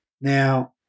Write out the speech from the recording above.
Now